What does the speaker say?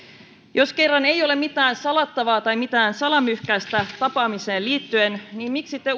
jos kerran ei ole mitään salattavaa tai mitään salamyhkäistä tapaamiseen liittyen niin miksi te